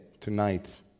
tonight